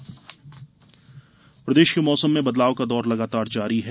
मौसम प्रदेश के मौसम में बदलाव का दौर लगातार जारी है